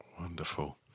wonderful